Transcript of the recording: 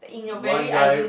one guy